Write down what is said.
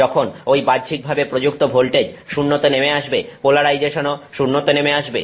যখন ঐ বাহ্যিকভাবে প্রযুক্ত ভোল্টেজ 0 তে নেমে আসবে পোলারাইজেশনও 0 তে নেমে আসবে